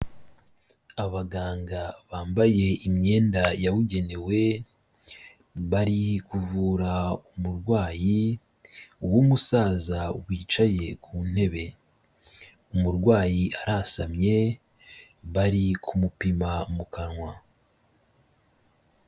Abaganga bambaye imyenda yabugenewe, bari kuvura umurwayi w'umusaza wicaye ku ntebe, umurwayi arasamye bari kumupima mu kanwa.